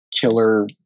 killer